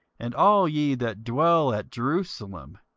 and all ye that dwell at jerusalem,